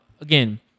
again